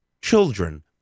children